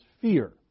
fear